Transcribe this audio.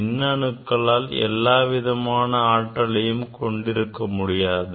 மின்னணுக்களால் எல்லா அளவிலான ஆற்றலையும் கொண்டிருக்க முடியாது